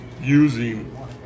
using